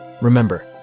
Remember